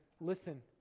Listen